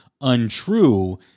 untrue